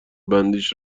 بندیش